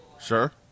Sure